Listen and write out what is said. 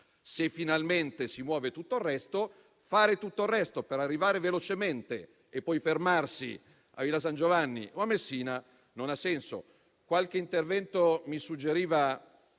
Finalmente si muove tutto il resto, perché fare tutto il resto per arrivare velocemente e poi fermarsi a Villa San Giovanni o a Messina non ha senso. Qualche oratore che è intervenuto mi suggeriva